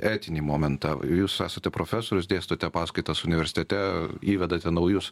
etinį momentą jūs esate profesorius dėstote paskaitas universitete įvedate naujus